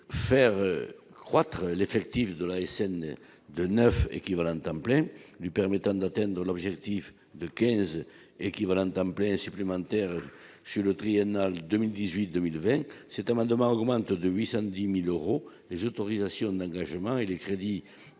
faire. Accroître l'effectif de l'ASN, de 9 équivalents temps plein, lui permettant d'atteindre l'objectif de 15 équivalents temps plein supplémentaires sur le triennal 2018, 2020, cet amendement augmente de 800 10000 euros les autorisations d'engagement et les crédits